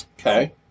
Okay